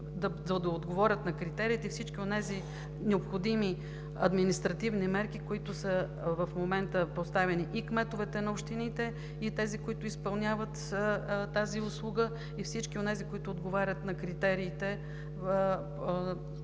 че времето е изтекло); всички онези необходими административни мерки, в които в момента са поставени и кметовете на общините, и онези, които изпълняват тази услуга, и всички онези, които отговарят на критериите